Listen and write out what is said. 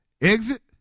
Exit